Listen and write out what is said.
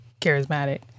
charismatic